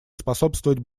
способствовать